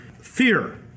fear